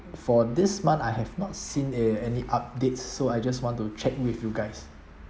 for this month I have not seen eh any updates so I just want to check with you guys